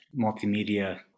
multimedia